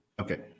Okay